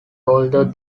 although